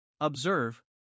Observe